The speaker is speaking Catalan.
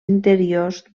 interiors